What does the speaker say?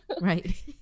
Right